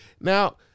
Now